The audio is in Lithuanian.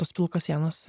tos pilkos sienos